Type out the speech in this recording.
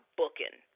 booking